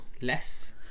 less